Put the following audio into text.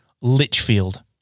Litchfield